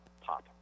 pop